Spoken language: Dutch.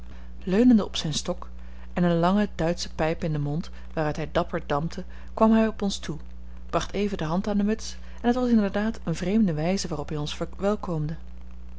leunende op zijn stok en eene lange duitsche pijp in den mond waaruit hij dapper dampte kwam hij op ons toe bracht even de hand aan de muts en het was inderdaad eene vreemde wijze waarop hij ons verwelkomde